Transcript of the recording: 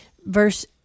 Verse